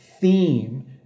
theme